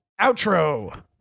outro